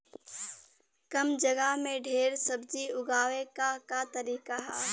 कम जगह में ढेर सब्जी उगावे क का तरीका ह?